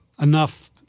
enough –